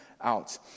out